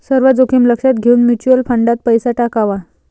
सर्व जोखीम लक्षात घेऊन म्युच्युअल फंडात पैसा टाकावा